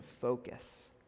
focus